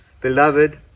Beloved